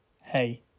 hey